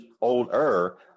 older